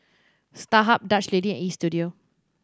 Starhub Dutch Lady and Istudio